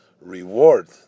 reward